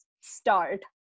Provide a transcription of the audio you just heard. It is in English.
start